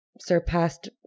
surpassed